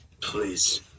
Please